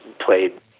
played